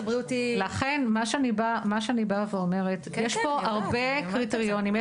לכן, מה שאני באה ואומרת: יש פה הרבה קריטריונים.